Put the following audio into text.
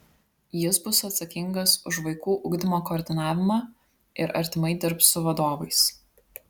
jis bus atsakingas už vaikų ugdymo koordinavimą ir artimai dirbs su vadovais